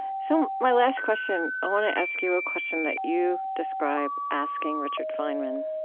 so, my last question i want to ask you a question that you describe asking richard feynman.